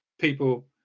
people